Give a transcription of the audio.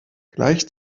gleich